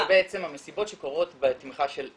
זה בעצם המסיבות שקורות בתמיכה של על"ם.